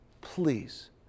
please